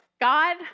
God